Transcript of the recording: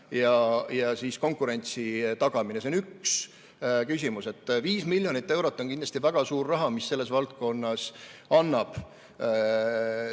ja konkurentsi tagamine. See on üks küsimus. 5 miljonit eurot on kindlasti väga suur raha, mis selles valdkonnas annab